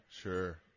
Sure